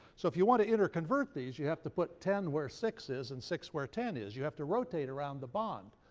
so if you want to interconvert these, you have to put ten where six is and six where ten is. you have to rotate around the bond.